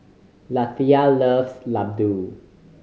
Lethia loves laddu